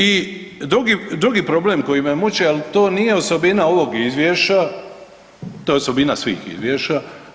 I drugi problem koji me muči, ali to nije osobina ovog izvješća to je osobina svih izvješća.